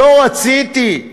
"לא רציתי"?